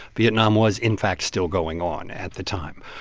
vietnam was, in fact, still going on at the time.